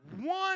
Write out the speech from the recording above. one